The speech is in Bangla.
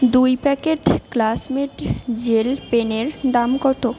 দুই প্যাকেট ক্লাসমেট জেল পেনের দাম কত